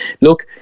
Look